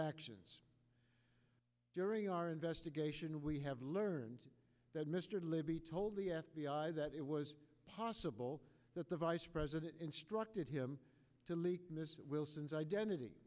actions during our investigation we have learned that mr libby told the f b i that it was possible that the vice president instructed him to leak this wilson's identity